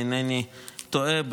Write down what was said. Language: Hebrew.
אם אינני טועה,